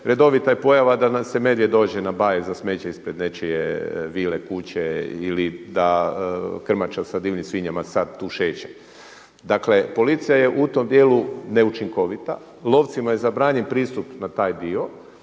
redovita je pojava da nam se medvjed dođe … za smeće ispred nečije vile, kuće ili da krmača sa divljim svinjama sada tu šeće. Dakle policija je u tom dijelu neučinkovita, lovcima je zabranjen pristup na taj dio,